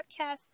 podcast